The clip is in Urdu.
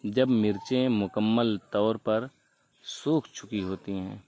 جب مرچیں مکمل طور پر سوکھ چکی ہوتی ہیں